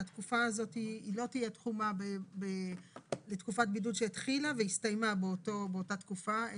שהתקופה הזאת לא תהיה תחומה בתקופת בידוד שהתחילה והסתיימה באותה תקופה,